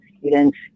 students